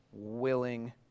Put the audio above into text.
willing